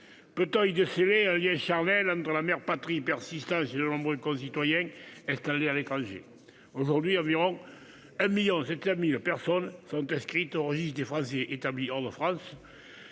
ces mots qu'un lien charnel avec la mère patrie persiste chez de nombreux concitoyens installés à l'étranger ? Aujourd'hui, environ 1,7 million de personnes sont inscrites au registre des Français établis hors de France,